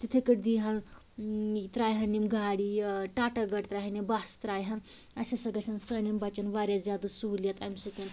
تِتھٔے کٲٹھۍ دِیہِ ہان ترٛایِہِ ہان یِم گاڑِ یہِ ٹاٹا گاڑِ ترٛایِہِ ہان یا بسہٕ ترٛایِہِ ہان اسہِ ہَسا گژھیٚن سانیٚن بچن وارِیاہ زیادٕ سہولیت امہِ سۭتۍ